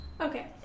Okay